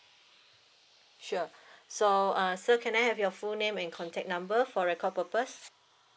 sure so uh sir can I have your full name and contact number for record purpose